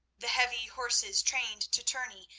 the heavy horses, trained to tourney,